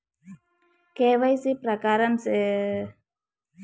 KYC ప్రకారం specimen సంతకాన్ని consider సేయగలరా?